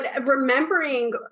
remembering